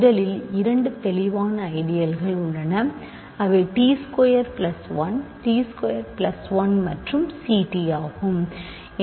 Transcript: முதலில் இரண்டு தெளிவான ஐடியல்கள் உள்ளன அவை t square plus 1 t square plus 1 மற்றும் ct ஆகும்